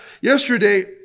Yesterday